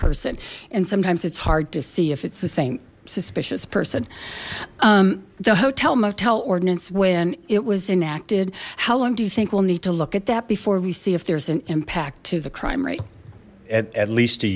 person and sometimes it's hard to see if it's the same suspicious person the hotel motel ordinance when it was enacted how long do you think we'll need to look at that before we see if there's an impact to the crime rate at least a